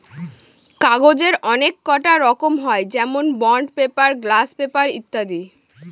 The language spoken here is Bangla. কাগজের অনেককটা রকম হয় যেমন বন্ড পেপার, গ্লাস পেপার ইত্যাদি